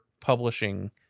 publishing